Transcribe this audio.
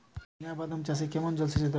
চিনাবাদাম চাষে কেমন জলসেচের দরকার?